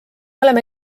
oleme